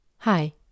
Hi